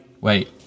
Wait